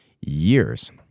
years